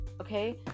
Okay